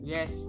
Yes